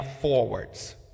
forwards